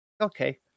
Okay